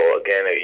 again